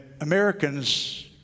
Americans